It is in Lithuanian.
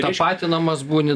tapatinamas būni